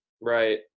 Right